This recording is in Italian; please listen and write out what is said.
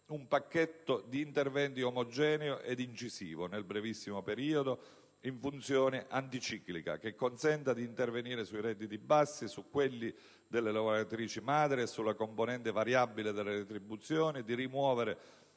un pacchetto di interventi omogeneo ed incisivo, nel brevissimo periodo, in funzione anticiclica, che consenta di intervenire sui redditi bassi, su quelli delle lavoratrici madri e sulla componente variabile delle retribuzioni, di rimuovere